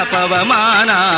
Pavamana